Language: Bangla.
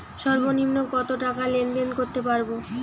সর্বনিম্ন কত টাকা লেনদেন করতে পারবো?